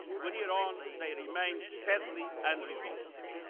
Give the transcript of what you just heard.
one year on, they remain sadly unresolved.